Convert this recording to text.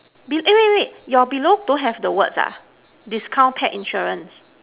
be eh wait wait wait your below don't have the words ah discount pet insurance